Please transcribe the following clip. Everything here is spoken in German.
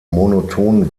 monoton